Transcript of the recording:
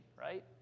right